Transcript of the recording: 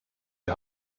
die